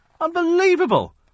Unbelievable